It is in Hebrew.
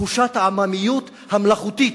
תחושת העממיות המלאכותית